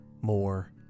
more